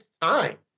time